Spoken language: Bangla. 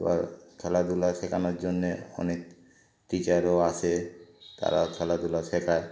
এবার খেলাধুলা শেখানোর জন্যে অনেক টিচারও আসে তারা খেলাধুলা শেখায়